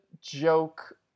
joke